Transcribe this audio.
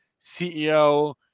CEO